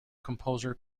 composer